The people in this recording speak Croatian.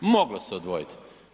Moglo se odvojiti.